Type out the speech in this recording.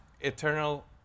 eternal